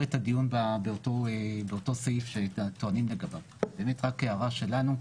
את הדיון באותו סעיף שטוענים לגביו אלא זו באמת רק הארה שלנו.